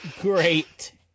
great